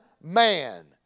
man